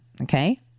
Okay